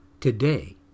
today